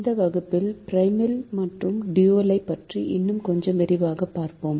இந்த வகுப்பில் ப்ரிமல் மற்றும் டூயலைப் பற்றி இன்னும் கொஞ்சம் விரிவாகப் படிப்போம்